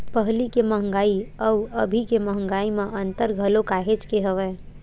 पहिली के मंहगाई अउ अभी के मंहगाई म अंतर घलो काहेच के हवय